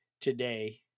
today